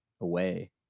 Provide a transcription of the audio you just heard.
away